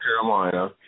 Carolina